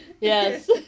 yes